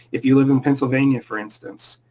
if you live in pennsylvania, for instance.